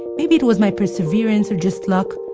maybe it was my perseverance, or just luck,